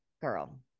girl